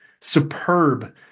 superb